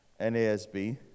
NASB